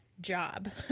job